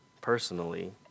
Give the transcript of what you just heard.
personally